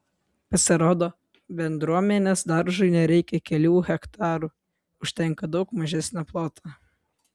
pasirodo bendruomenės daržui nereikia kelių hektarų užtenka daug mažesnio ploto